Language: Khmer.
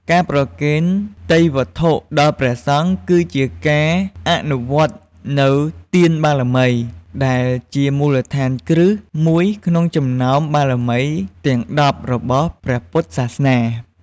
ការប្រគេនទេយ្យវត្ថុដល់ព្រះសង្ឃ គឺជាការអនុវត្តនូវ ទានបារមី ដែលជាមូលដ្ឋានគ្រឹះមួយក្នុងចំណោមបារមីទាំងដប់របស់ព្រះពុទ្ធសាសនា។